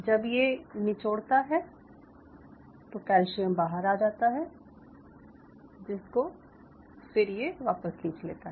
जब ये निचोड़ता है तो कैल्शियम बाहर आ जाता है जिसको फिर ये वापस खींच लेता है